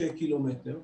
קילומטרים.